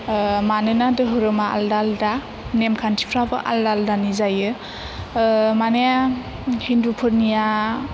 मानोना दोरोमा आलदा आलदा नेम खान्थिफ्राबो आलदा आलदानि जायो माने हिन्दुफोरनिया